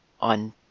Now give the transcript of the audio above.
on